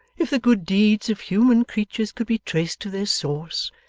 if the good deeds of human creatures could be traced to their source,